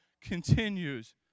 continues